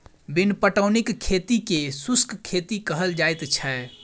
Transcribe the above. बिन पटौनीक खेती के शुष्क खेती कहल जाइत छै